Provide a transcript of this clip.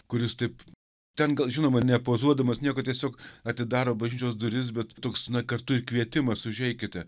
kur jis taip ten gal žinoma ir nepozuodamas nieko tiesiog atidaro bažnyčios duris bet toks na kartu ir kvietimas užeikite